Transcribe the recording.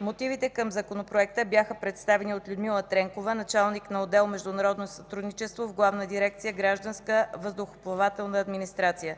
Мотивите към Законопроекта бяха представени от Людмила Тренкова, началник на отдел „Международно сътрудничество” в Главна дирекция „Гражданска въздухоплавателна администрация”.